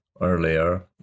earlier